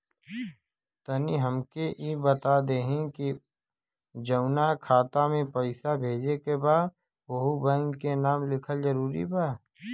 तनि हमके ई बता देही की जऊना खाता मे पैसा भेजे के बा ओहुँ बैंक के नाम लिखल जरूरी बा?